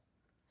legit ah